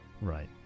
Right